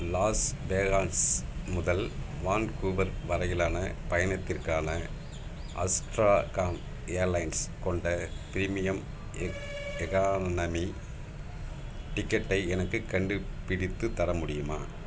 loss Vegas முதல் Vancouver வரையிலான பயணத்திற்கான அஸ்ட்ராகான் ஏர்லைன்ஸ் கொண்ட பிரீமியம் எக் எக்கானமி டிக்கெட்டை எனக்கு கண்டுபிடித்து தரமுடியுமா